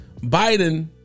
Biden